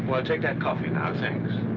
but i'll take that coffee now. thanks.